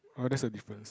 ah that's the difference